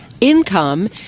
income